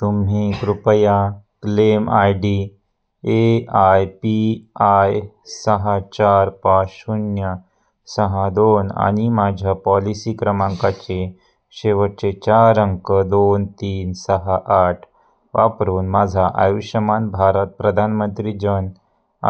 तुम्ही कृपया claim I D A I P I सहा चार पाच शून्य सहा दोन आणि माझ्या पॉलिसी क्रमांकाचे शेवटचे चार अंक दोन तीन सहा आठ वापरून माझा आयुष्मान भारत प्रधानमंत्री जन